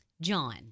John